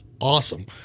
awesome